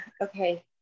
okay